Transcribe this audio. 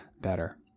better